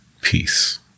peace